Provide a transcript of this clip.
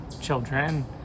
children